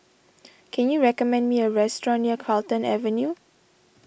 can you recommend me a restaurant near Carlton Avenue